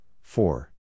four